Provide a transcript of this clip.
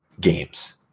games